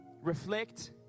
reflect